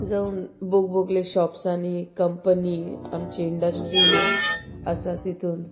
जावं बोग बोगले शॉप्सांनी कंपनी आमची इंडस्ट्री आसा तितून